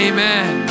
Amen